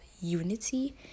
unity